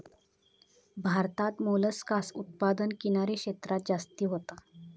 भारतात मोलस्कास उत्पादन किनारी क्षेत्रांत जास्ती होता